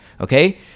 okay